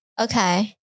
okay